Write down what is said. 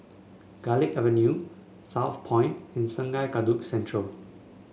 Garlick Avenue Southpoint and Sungei Kadut Central